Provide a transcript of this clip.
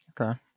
Okay